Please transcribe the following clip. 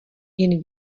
jen